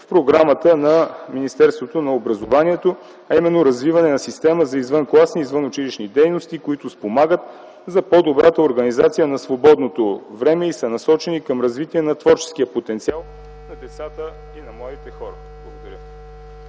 в програмата на Министерството на образованието, а именно развиване на система за извънкласни и извънучилищни дейности, които спомагат за по-добрата организация на свободното време и са насочени към развитие на творческия потенциал на децата и на младите хора. Благодаря.